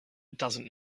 doesn’t